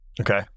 Okay